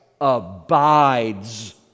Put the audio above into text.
abides